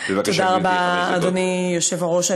תודה רבה, אדוני היושב בראש.